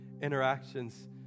interactions